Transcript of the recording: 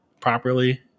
properly